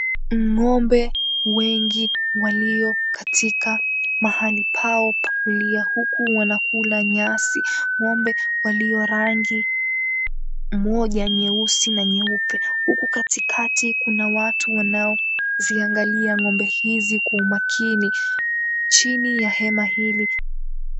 Ng'ombe wengi walio katika mahali pao pa kulia, huku wanakula nyasi. Ng'ombe walio rangi moja nyeusi na nyeupe, huku katikakati kuna watu wanao viangalia, ng'ombe hizi kwa umakini, chini ya hema hili.